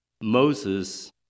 Moses